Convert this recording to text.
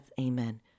Amen